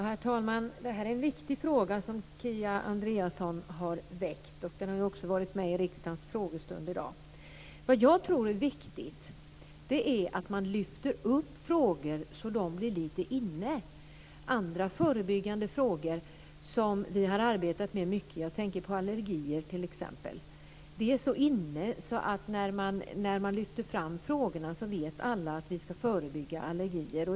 Herr talman! Det är en viktig fråga som Kia Andreasson har väckt. Den har ju också varit med i riksdagens frågestund i dag. Jag tror att det är viktigt att lyfta upp frågor så att de blir lite inne. Andra förebyggande frågor som vi har arbetat med mycket - jag tänker på allergier t.ex. - är så inne så att när man lyfter fram dem vet alla att vi ska förebygga allergier.